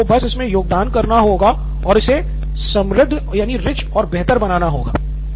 छात्रों को बस इसमे योगदान करना होगा और इसे समृद्ध और बेहतर बनाना होगा